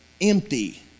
empty